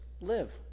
live